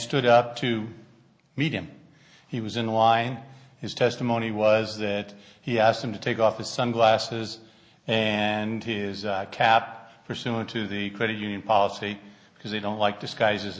stood up to meet him he was in line his testimony was that he asked him to take off his sunglasses and his cap pursuant to the credit union policy because they don't like disguises